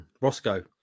Roscoe